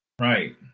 Right